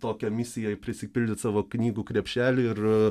tokia misija prisipildyt savo knygų krepšelį ir